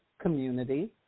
Community